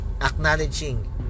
acknowledging